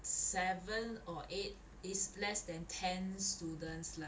seven or eight is less than ten students lah